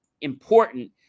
important